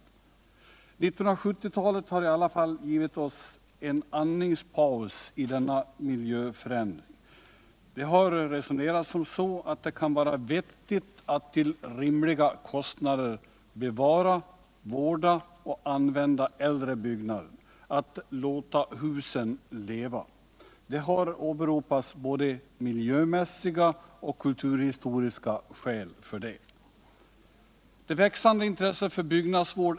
1970-talet har i alla fall givit oss en andningspaus i denna miljöförändring. Det har resonerats som så att det kan vara vettigt att till rimliga kostnader bevara, vårda och använda äldre byggnader — att ”låta husen leva”. Det har åberopats både miljömässiga och kulturhistoriska skäl för det.